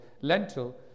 lentil